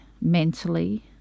mentally